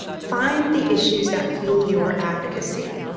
find the issues that feel your advocacy.